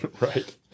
Right